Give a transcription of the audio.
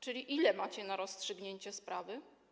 Czyli ile macie na rozstrzygniecie sprawy?